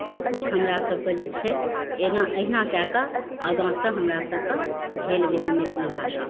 सभकुछ हमरा सभकऽ जे छै अहिना कएकऽ आगाँसँ हमरा सभकऽ भेल गेलय मैथिली भाषा